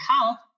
health